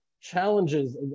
challenges